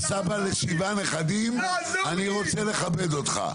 אתה סבא לשבעה נכדים, אני רוצה לכבד אותך.